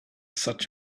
such